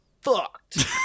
Fucked